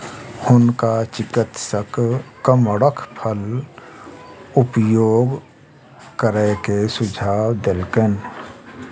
हुनका चिकित्सक कमरख फल उपभोग करै के सुझाव देलकैन